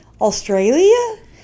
Australia